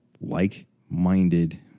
like-minded